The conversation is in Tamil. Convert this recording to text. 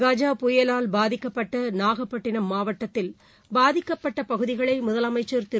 கஜ புயலால் பாதிக்கப்பட்ட நாகப்பட்டினம் மாவட்டத்தில் பாதிக்கப்பட்ட பகுதிகளை முதலமைச்சர் திரு